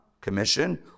commission